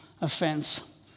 offense